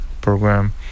program